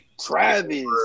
Travis